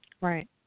Right